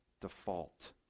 default